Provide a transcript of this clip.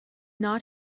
not